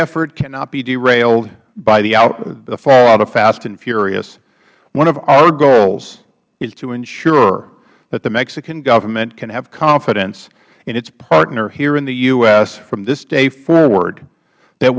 effort cannot be derailed by the fallout of fast and furious one of our goals is to ensure that the mexican government can have confidence in its partner here in the u s from this date forward that